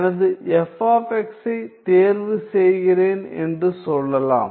எனது f ஐ தேர்வு செய்கிறேன் என்று சொல்லலாம்